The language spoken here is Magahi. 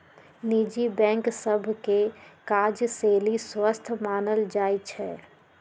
निजी बैंक सभ के काजशैली स्वस्थ मानल जाइ छइ